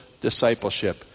discipleship